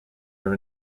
are